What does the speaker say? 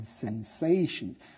sensations